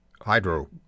hydro